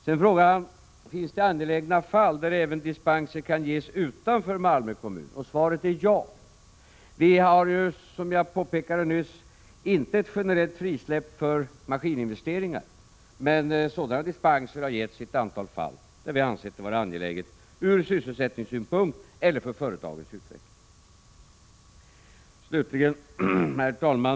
Han frågar också om det finns angelägna fall där dispenser kan ges även utanför Malmö kommun. Svaret är ja. Vi har, som jag påpekade nyss, inte ett generellt frisläpp för maskininvesteringar, men sådana dispenser har getts i ett antal fall där vi ansett det vara angeläget från sysselsättningssynpunkt eller för företagets utveckling. Herr talman!